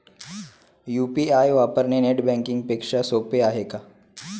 UPI वापरणे net banking पेक्षा सोपे आहे का?